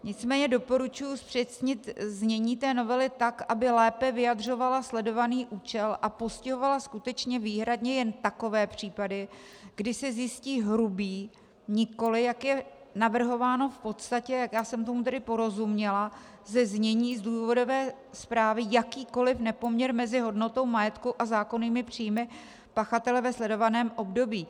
Nicméně doporučuji zpřesnit znění té novely tak, aby lépe vyjadřovala sledovaný účel a postihovala skutečně výhradně jen takové případy, kdy se zjistí hrubý, nikoli, jak je navrhováno v podstatě, jak já jsem tomu tedy porozuměla ze znění z důvodové zprávy, jakýkoli nepoměr mezi hodnotou majetku a zákonnými příjmy pachatele ve sledovaném období.